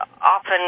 often